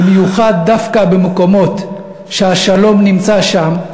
במיוחד דווקא במקומות שהשלום נמצא שם,